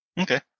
Okay